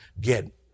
get